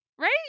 right